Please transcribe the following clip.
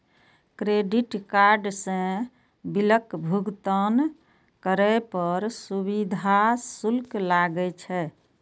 credit card सं बिलक भुगतान करै पर सुविधा शुल्क लागै छै